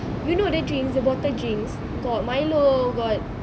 you know the drinks the bottle drinks got milo got